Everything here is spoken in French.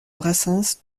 brassens